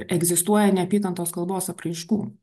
egzistuoja neapykantos kalbos apraiškų